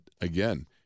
again